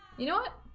you know what